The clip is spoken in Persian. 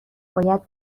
باید